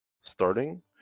starting